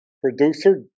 Producer